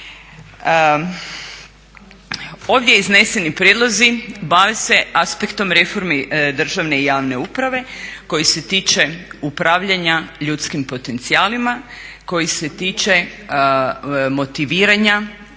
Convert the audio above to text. Ovdje izneseni prijedlozi bave se aspektom reformi državne i javne uprave koji se tiče upravljanja ljudskim potencijalima, koji se tiče motiviranja